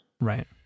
Right